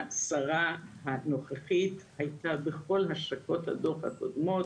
השרה הנוכחית הייתה בכל השקות הדוח הקודמות.